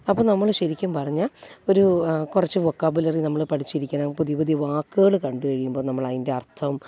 അപ്പോൾ നമ്മൾ ശരിക്കും പറഞ്ഞാൽ ഒരു കുറച്ച് വൊക്കാബുലറി നമ്മൾ പഠിച്ചിരിക്കണം പുതിയ പുതിയ വാക്കുകൾ കണ്ടുകഴിയുമ്പോൾ നമ്മളതിൻ്റെ അർത്ഥം